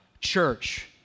church